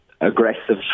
aggressive